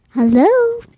Hello